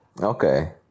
Okay